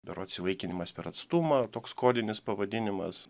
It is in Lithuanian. berods įvaikinimas per atstumą toks kodinis pavadinimas